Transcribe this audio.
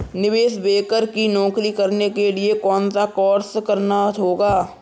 निवेश बैंकर की नौकरी करने के लिए कौनसा कोर्स करना होगा?